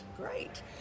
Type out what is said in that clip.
Great